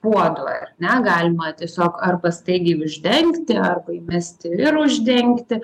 puodu ar ne galima tiesiog arba staigiai uždengti arba įmesti ir uždengti